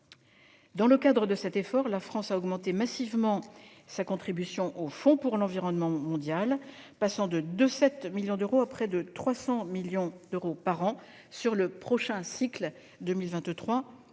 Dans le cadre de cet effort, la France a augmenté massivement sa contribution au Fonds pour l'environnement mondial, passant de 217 millions à près de 300 millions d'euros par an sur le prochain cycle 2023-2026.